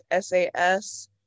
SAS